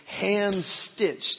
hand-stitched